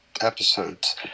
episodes